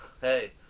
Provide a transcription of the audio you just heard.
Hey